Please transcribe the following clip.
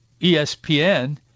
ESPN